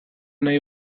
nahi